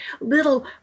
little